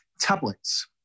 tablets